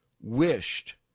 wished